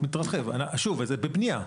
זה בבנייה.